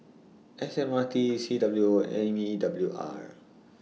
S M R T C W O M E W R